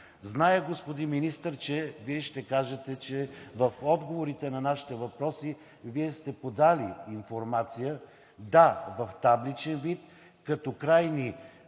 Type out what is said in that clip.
финанси. Господин Министър, зная, че Вие ще кажете, че в отговорите на нашите въпроси сте подали информация – да, в табличен вид, като крайни